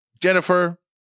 Jennifer